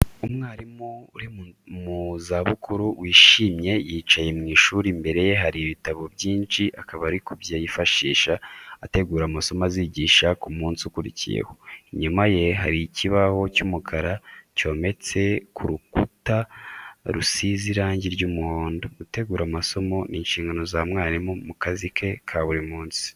Umwarimu uri mu zabukuru wishimye yicaye mu ishuri, imbere ye hari ibitabo byinshi akaba ari kubyifashisha ategura amasomo azigisha ku munsi ukurikiyeho. Inyuma ye hari ikibaho cy'umukara cyometse ku rukuta rusize irangi ry'umuhondo. Gutegura amasomo ni inshingano za mwarimu mu kazi ke ka buri munsi.